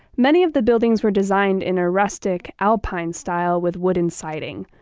many of the buildings were designed in a rustic alpine-style with wood in-siding.